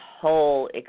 whole